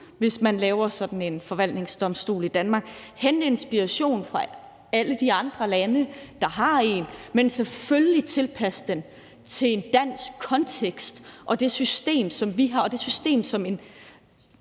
hvis man laver sådan en forvaltningsdomstol i Danmark, og hente inspiration fra alle de andre lande, der har en, men selvfølgelig tilpasse den til en dansk kontekst og det system, som vi har, og det system, som en